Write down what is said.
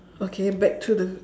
okay back to the